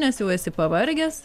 nes jau esi pavargęs